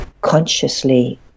consciously